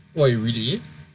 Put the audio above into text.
what really